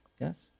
Yes